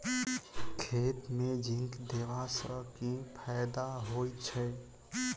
खेत मे जिंक देबा सँ केँ फायदा होइ छैय?